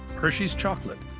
hershey's chocolate.